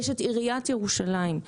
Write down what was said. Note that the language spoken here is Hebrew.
יש את עיריית ירושלים,